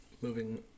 Moving